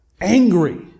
angry